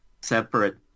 separate